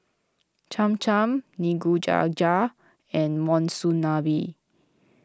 Cham Cham Nikujaga and Monsunabe